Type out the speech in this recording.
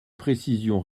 précision